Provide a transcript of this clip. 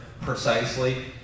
precisely